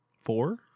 Four